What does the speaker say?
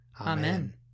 Amen